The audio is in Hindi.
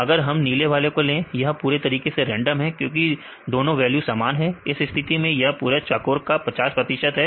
अगर हम नीले वाले को ले यह पूरे तरीके से रेंडम है क्योंकि दोनों वैल्यू समान है इस स्थिति में यह पूरे चाकोर का 50 प्रतिशत है